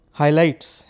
highlights